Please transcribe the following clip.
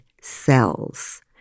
cells